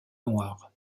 noires